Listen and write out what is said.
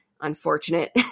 unfortunate